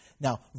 Now